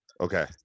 Okay